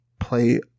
play